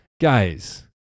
guys